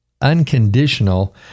unconditional